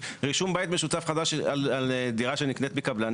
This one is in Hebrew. רישום בית משותף חדש על דירה שנקנית מקבלן,